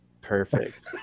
Perfect